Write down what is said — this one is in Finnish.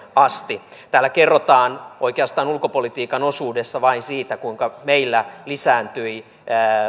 asti täällä kerrotaan oikeastaan ulkopolitiikan osuudessa vain siitä kuinka meillä lisääntyi